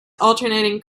alternating